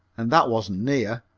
and that wasn't near.